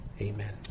amen